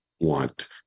want